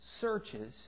searches